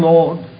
Lord